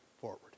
forward